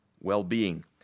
well-being